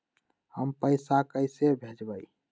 हम पैसा कईसे भेजबई?